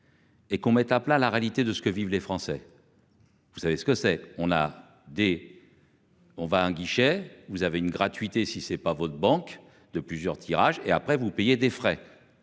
Et qu'on mette à plat la réalité de ce que vivent les Français. Vous savez ce que c'est, on a des. On va à un guichet, vous avez une gratuité si c'est pas votre banque de plusieurs tirages et après vous payer des frais.